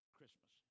Christmas